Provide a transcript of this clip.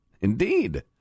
Indeed